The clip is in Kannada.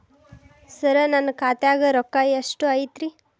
ಸರ ನನ್ನ ಖಾತ್ಯಾಗ ರೊಕ್ಕ ಎಷ್ಟು ಐತಿರಿ?